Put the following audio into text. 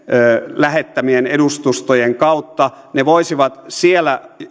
lähettämien edustustojen kautta he voisivat siellä